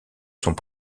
sont